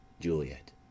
Juliet